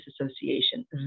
association